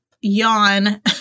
yawn